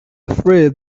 afraid